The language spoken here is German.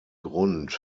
grund